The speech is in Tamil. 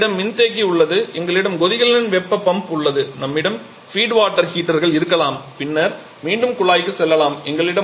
பின்னர் எங்களிடம் மின்தேக்கி உள்ளது எங்களிடம் கொதிகலன் வெப்ப பம்ப் உள்ளது நம்மிடம் ஃபீட் வாட்டர் ஹீட்டர்கள் இருக்கலாம் பின்னர் மீண்டும் குழாய்க்குச் செல்லலாம்